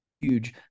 huge